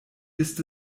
ist